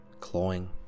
Clawing